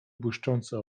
błyszczące